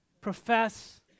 Profess